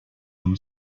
them